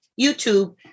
YouTube